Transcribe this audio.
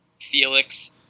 Felix